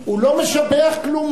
כי, הוא לא משבח כלום.